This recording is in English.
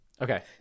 Okay